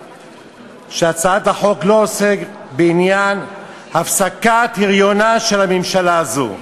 שהצעת החוק לא עוסקת בעניין הפסקת הריונה של הממשלה הזו,